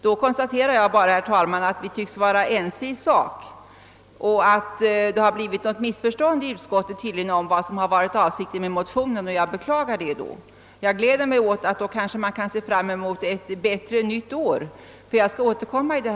Då konstaterar jag endast, herr talman, att vi i sak tycks vara ense och att det tydligen har blivit något missförstånd i utskottet om vad som varit avsikten med motionen. Jag beklagar detta. Jag gläder mig åt att man kanske kan se fram mot ett bättre nytt år och skall återkomma i ärendet.